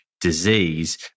disease